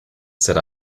said